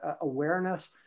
awareness